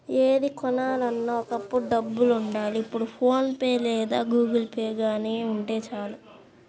ఏది కొనాలన్నా ఒకప్పుడు డబ్బులుండాలి ఇప్పుడు ఫోన్ పే లేదా గుగుల్పే గానీ ఉంటే చాలు